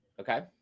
Okay